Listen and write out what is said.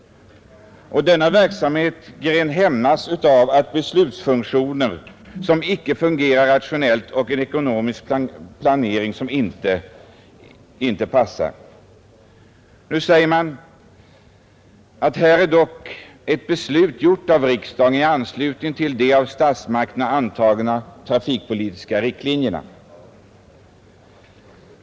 Denna verksamhetsgren hämmas av beslutsfunktioner som icke fungerar rationellt och en ekonomisk planering som inte passar. Nu säger man att här är dock ett beslut fattat av riksdagen i anslutning till de av statsmakterna antagna trafikpolitiska riktlinjerna.